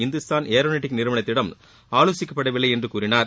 Hindustan aeronautic நிறுவனத்திடமும் ஆலோசிக்ப்படவில்லை என்று கூறினார்